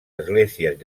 esglésies